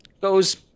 Goes